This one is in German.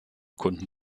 kunden